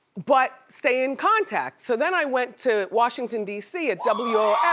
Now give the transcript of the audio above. but stay in contact. so then i went to washington d c, at wol,